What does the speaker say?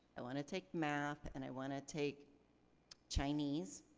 i wanna take math, and i wanna take chinese